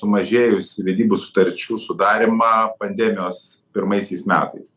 sumažėjus vedybų sutarčių sudarymą pandemijos pirmaisiais metais